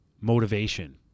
motivation